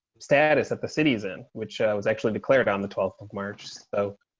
status at the city's in which was actually declared on the twelfth of march, so